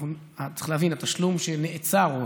צריך להבין: התשלום שנעצר,